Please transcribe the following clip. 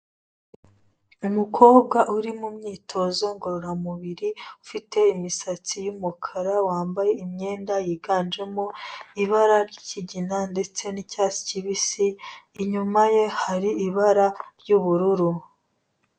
Umukobwa uri mu myitozo ngororamubiri, ufite imisatsi y'umukara, wambaye imyenda yiganjemo ibara ry'ikigina, inyuma ye hari ibara ry'ubururu.